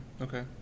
Okay